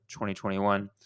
2021